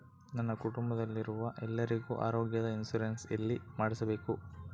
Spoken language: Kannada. ನನ್ನ ಕುಟುಂಬದಲ್ಲಿರುವ ಎಲ್ಲರಿಗೂ ಆರೋಗ್ಯದ ಇನ್ಶೂರೆನ್ಸ್ ಎಲ್ಲಿ ಮಾಡಿಸಬೇಕು?